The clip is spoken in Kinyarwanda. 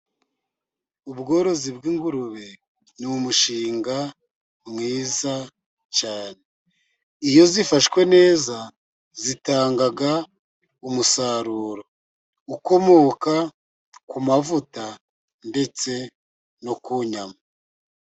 Ubworozi bw'ingurube ni umushinga mwiza cyane. Iyo zifashwe neza zitanga umusaruro ukomoka ku mavuta ndetse no ku nyama.